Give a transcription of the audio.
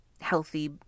healthy